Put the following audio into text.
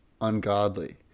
ungodly